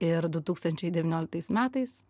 ir du tūkstančiai devynioliktais metais